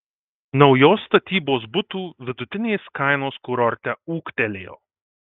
naujos statybos butų vidutinės kainos kurorte ūgtelėjo